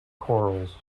corals